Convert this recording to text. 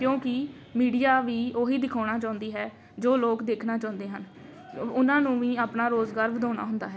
ਕਿਉਂਕਿ ਮੀਡੀਆ ਵੀ ਉਹੀ ਦਿਖਾਉਣਾ ਚਾਹੁੰਦੀ ਹੈ ਜੋ ਲੋਕ ਦੇਖਣਾ ਚਾਹੁੰਦੇ ਹਨ ਉਹ ਉਹਨਾਂ ਨੂੰ ਵੀ ਆਪਣਾ ਰੁਜ਼ਗਾਰ ਵਧਾਉਣਾ ਹੁੰਦਾ ਹੈ